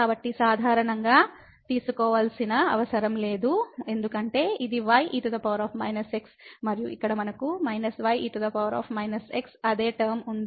కాబట్టి సాధారణం తీసుకోవలసిన అవసరం లేదు ఎందుకంటే ఇది ye x మరియు ఇక్కడ మనకు ye x అదే టర్మ ఉంది